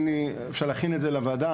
אפשר להכין את זה לוועדה.